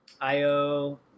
Io